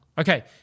Okay